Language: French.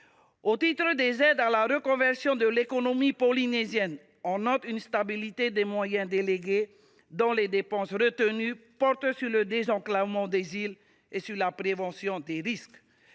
Au titre des aides à la reconversion de l’économie polynésienne, on note une stabilité des moyens délégués, dont les dépenses retenues portent sur le désenclavement des îles et sur la prévention des risques.